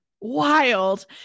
wild